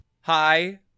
Hi